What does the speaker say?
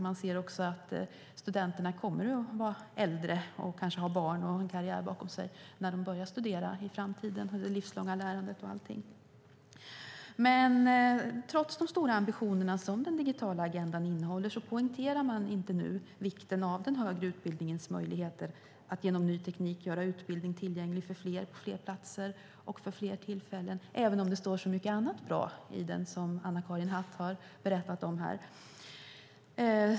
Man ser också att studenterna kommer att vara äldre och kanske ha barn och en karriär bakom sig när de börjar studera i framtiden - det livslånga lärandet. Men trots de stora ambitioner som den digitala agendan innehåller poängterar man inte nu vikten av den högre utbildningens möjligheter att genom ny teknik göra utbildning tillgänglig för fler på fler platser och vid fler tillfällen, även om det står så mycket annat bra i den, som Anna-Karin Hatt har berättat om här.